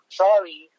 sorry